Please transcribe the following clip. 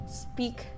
speak